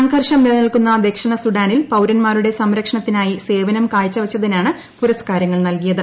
സംഘർഷം നിലനിൽക്കുന്ന ദക്ഷിണ സുഡാനിൽ പൌരന്മാരുടെ സംരക്ഷണത്തിനായി സേവനം കാഴ്ച വെച്ചതിനാണ് പുരസ്കാരങ്ങൾ നൽകിയത്